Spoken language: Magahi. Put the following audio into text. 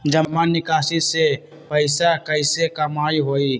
जमा निकासी से पैसा कईसे कमाई होई?